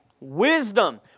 Wisdom